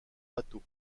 watteau